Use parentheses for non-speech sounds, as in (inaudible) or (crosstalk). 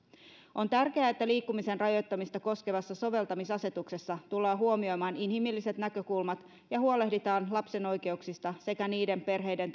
on tärkeää että liikkumisen rajoittamista koskevassa soveltamisasetuksessa tullaan huomioimaan inhimilliset näkökulmat ja huolehditaan lapsen oikeuksista sekä niiden perheiden (unintelligible)